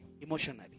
emotionally